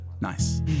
Nice